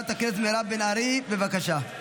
בושה וחרפה.